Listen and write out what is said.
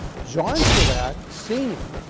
john surrat, senior,